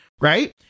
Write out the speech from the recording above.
right